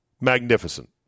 magnificent